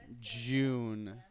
June